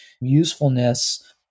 usefulness